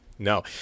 No